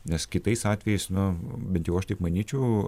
nes kitais atvejais nu bent jau aš taip manyčiau